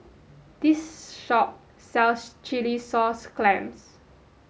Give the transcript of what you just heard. this shop sells chilli sauce clams